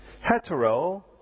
Hetero